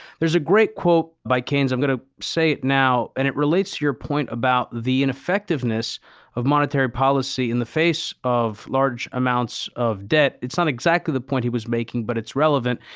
there's a great quote by keynes, i'm going to say it now and it relates to your point about the ineffectiveness of monetary policy in the face of large amounts of debt. it's not exactly the point he was making, but it's relevant.